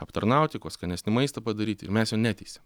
aptarnauti kuo skanesnį maistą padaryti ir mes jo neteisiam